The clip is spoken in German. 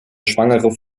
schwangere